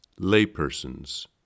Laypersons